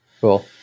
Cool